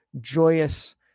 joyous